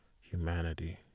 humanity